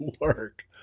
work